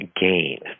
gain